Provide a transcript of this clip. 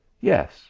Yes